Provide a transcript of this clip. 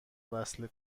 وصله